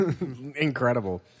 Incredible